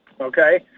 okay